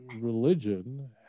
religion